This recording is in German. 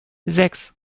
sechs